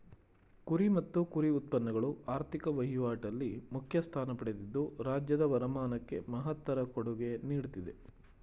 ಕುರಿ ಮತ್ತು ಕುರಿ ಉತ್ಪನ್ನಗಳು ಆರ್ಥಿಕ ವಹಿವಾಟಲ್ಲಿ ಮುಖ್ಯ ಸ್ಥಾನ ಪಡೆದಿದ್ದು ರಾಜ್ಯದ ವರಮಾನಕ್ಕೆ ಮಹತ್ತರ ಕೊಡುಗೆ ನೀಡ್ತಿದೆ